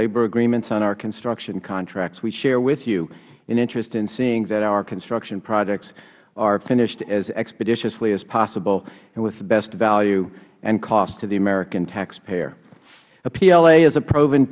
labor agreements on our construction contracts we share with you an interest in seeing that our construction projects are finished as expeditiously as possible and with the best value and cost to the american taxpayer a pla is a proven